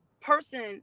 person